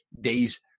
days